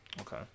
okay